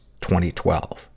2012